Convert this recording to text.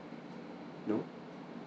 no